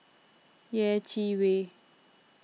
Yeh Chi Wei